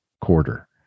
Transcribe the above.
quarter